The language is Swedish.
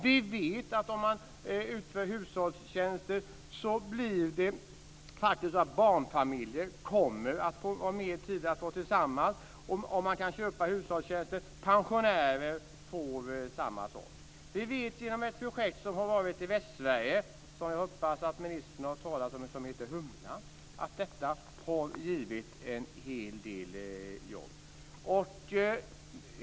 Vi vet att barnfamiljer kommer att få mer tid tillsammans, om de kan köpa hushållstjänster. Samma sak gäller för pensionärer. Jag hoppas att ministern har hört talas om ett projekt i Västsverige, Humlan. Det har givit en hel del jobb.